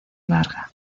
larga